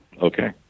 Okay